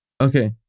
Okay